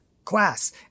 class